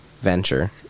venture